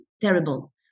terrible